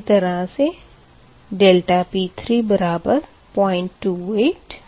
इसी तरह से ∆P3 बराबर 028